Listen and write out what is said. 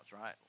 right